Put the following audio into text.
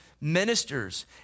ministers